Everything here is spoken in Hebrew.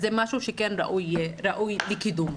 זה דבר שראוי לקידום.